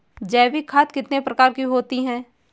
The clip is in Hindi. जैविक खाद कितने प्रकार की होती हैं?